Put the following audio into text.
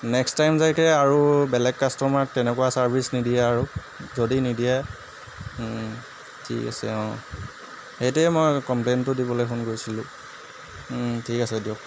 next time যাতে আৰু বেলেগ কাষ্টমাৰক তেনেকুৱা ছাৰ্ভিচ নিদিয়ে আৰু যদি নিদিয়ে ঠিক আছে অঁ সেইটোৱেই মই কমপ্লেইনটো দিবলৈ ফোন কৰিছিলো ঠিক আছে দিয়ক